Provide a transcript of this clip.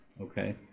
okay